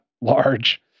large